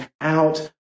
out